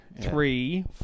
three